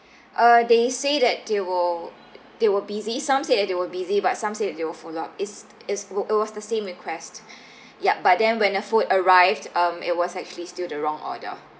uh they say that they were they were busy some say that they were busy but some say that they will follow up is is it was the same request yup but then when the food arrived um it was actually still the wrong order